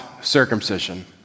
circumcision